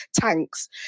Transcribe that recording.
tanks